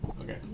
Okay